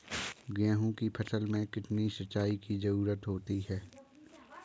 गेहूँ की फसल में कितनी सिंचाई की जरूरत होती है?